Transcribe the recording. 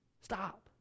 Stop